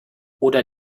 oder